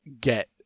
get